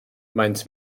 maent